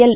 L